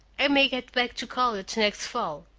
i may get back to college next fall.